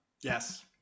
yes